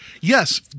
yes